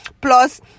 plus